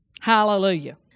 Hallelujah